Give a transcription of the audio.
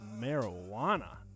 marijuana